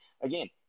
again